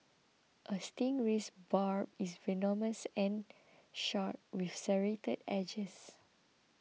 a stingray's barb is venomous and sharp with serrated edges